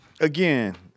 again